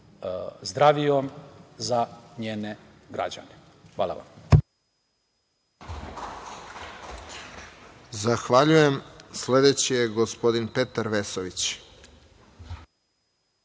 zdravijom za njene građane. Hvala vam.